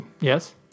Yes